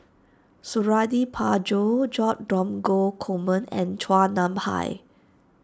Suradi Parjo Joo Dromgold Coleman and Chua Nam Hai